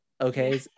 okay